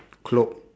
cloke